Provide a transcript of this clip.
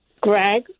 Greg